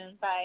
Bye